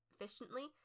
efficiently